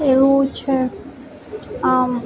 એવું છે આમ